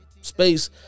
space